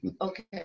Okay